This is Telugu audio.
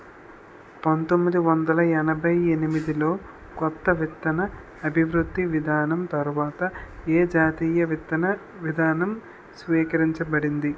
పంతోమ్మిది వందల ఎనభై ఎనిమిది లో కొత్త విత్తన అభివృద్ధి విధానం తర్వాత ఏ జాతీయ విత్తన విధానం స్వీకరించబడింది?